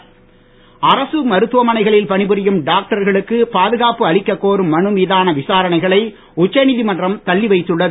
doctor நீதிமன்றம் அரசு மருத்துவமனைகளில் பணி புரியும் டாக்டர்களுக்கு பாதுகாப்பு அளிக்க கோரும் மனுமீதான விசாரணைகளை உச்சநீதிமன்றம் தள்ளி வைத்துள்ளது